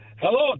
Hello